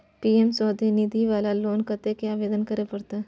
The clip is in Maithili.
पी.एम स्वनिधि वाला लोन कत्ते से आवेदन करे परतै?